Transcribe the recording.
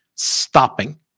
Stopping